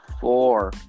Four